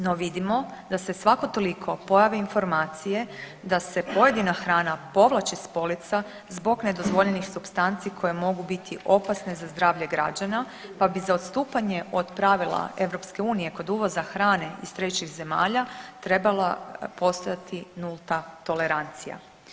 No vidimo da se svako toliko pojave informacije da se pojedina hrana povlači s polica zbog nedozvoljenih supstanci koje mogu biti opasne za zdravlje građana, pa bi za odstupanje od pravila EU kod uvoza hrane iz trećih zemalja trebala postojati nulta tolerancija.